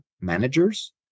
managers